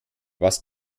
was